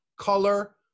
color